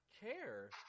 care